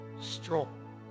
strong